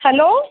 hello